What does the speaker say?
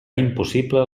impossible